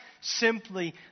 simply